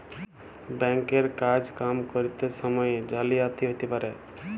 bank এর কাজ কাম ক্যরত সময়ে জালিয়াতি হ্যতে পারে